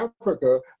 Africa